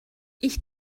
ich